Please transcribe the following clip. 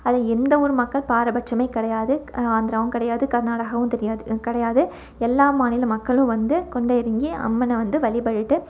அதில் எந்த ஒரு மக்கள் பாரபட்சமே கிடையாது ஆந்திராவும் கிடையாது கர்நாடகாவும் தெரியாது கிடையாது எல்லா மாநில மக்களும் வந்து கொண்டம் இறங்கி அம்மனை வந்து வழிபட்டுட்டு